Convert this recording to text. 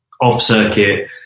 off-circuit